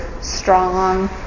strong